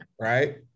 right